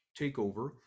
takeover